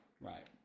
Right